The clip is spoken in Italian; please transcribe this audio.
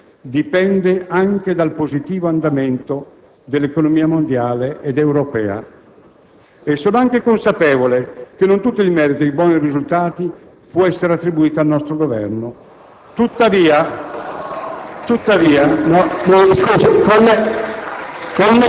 che la nostra ritrovata capacità di crescere dipende anche dal positivo andamento dell'economia mondiale ed europea e sono anche consapevole che non tutto il merito dei buoni risultati può essere attribuito al nostro Governo *(Ilarità